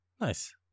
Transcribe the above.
Nice